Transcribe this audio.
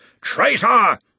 TRAITOR